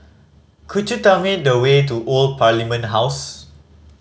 could you tell me the way to Old Parliament House